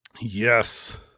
Yes